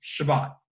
Shabbat